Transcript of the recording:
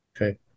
Okay